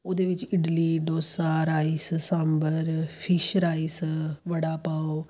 ਉਹਦੇ ਵਿੱਚ idli dosa rice sambar fish rice vada ਪਾਓ